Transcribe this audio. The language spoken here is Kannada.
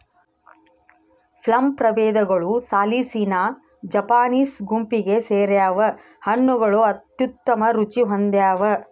ಪ್ಲಮ್ ಪ್ರಭೇದಗಳು ಸಾಲಿಸಿನಾ ಜಪಾನೀಸ್ ಗುಂಪಿಗೆ ಸೇರ್ಯಾವ ಹಣ್ಣುಗಳು ಅತ್ಯುತ್ತಮ ರುಚಿ ಹೊಂದ್ಯಾವ